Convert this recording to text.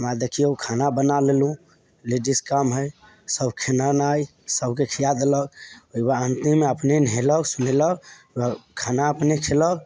हमरा देखियौ खाना बना लेलहुँ लेडिस काम हय सब खेनेनाइ सबके खिआ देलक ओहिकबाद अन्तिममे अपने नहेलक सोनेलक तब खाना अपने खयलक